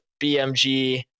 BMG